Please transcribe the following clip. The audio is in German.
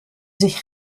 sich